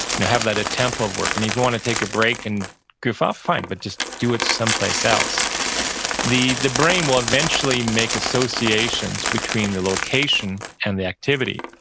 now have that attempt of work. and if you want to take a break and goof off fine but just do it someplace else the the brain will eventually make associations between the location and the activity.